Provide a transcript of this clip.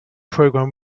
program